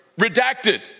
redacted